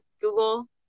Google